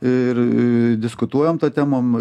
ir diskutuojam ta tema